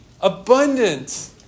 abundant